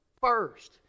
first